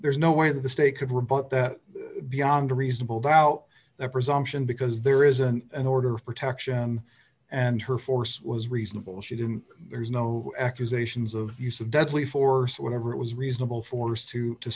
there's no way that the state could rebut that beyond a reasonable doubt that presumption because there isn't an order of protection and her force was reasonable she didn't there's no accusations of use of deadly force whatever it was reasonable force to sto